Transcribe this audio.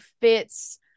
fits